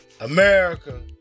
America